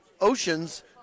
oceans